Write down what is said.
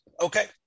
Okay